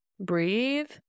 breathe